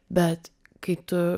bet kai tu